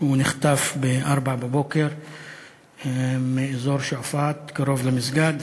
הוא נחטף ב-04:00 מאזור שועפאט, קרוב למסגד,